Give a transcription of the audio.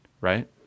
right